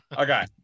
Okay